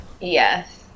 Yes